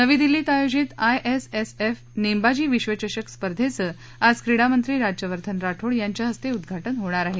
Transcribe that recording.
नवी दिल्लीत आयोजित आयएसएफ नेमबाजी विश्वचषक स्पर्धेचं आज क्रीडामंत्री राज्यवर्धन राठोड यांच्या हस्ते उद्वाटन होणार आहे